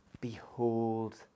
behold